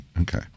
Okay